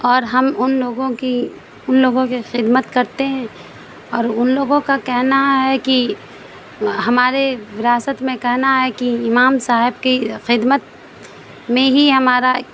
اور ہم ان لوگوں کی ان لوگوں کی خدمت کرتے ہیں اور ان لوگوں کا کہنا ہے کہ ہمارے وراثت میں کہنا ہے کہ امام صاحب کی خدمت میں ہی ہمارا